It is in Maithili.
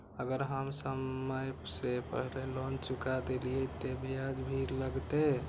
अगर हम समय से पहले लोन चुका देलीय ते ब्याज भी लगते?